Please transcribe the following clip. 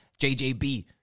JJB